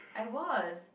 I was